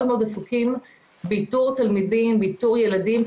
אנחנו מאוד עסוקים באיתור תלמידים, באיתור ילדים.